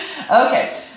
Okay